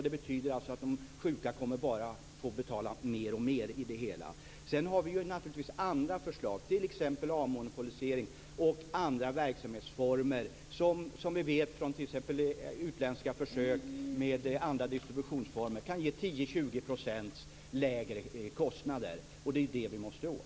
Det betyder att de sjuka bara kommer att få betala mer och mer i det hela. Sedan har vi naturligtvis andra förslag, t.ex. avmonopolisering och andra verksamhetsformer. Vi vet från t.ex. utländska försök med andra distributionsformer att det kan ge 10-20 % lägre kostnader. Och det är ju det vi måste åt.